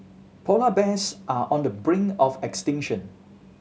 polar bears are on the brink of extinction